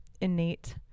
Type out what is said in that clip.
innate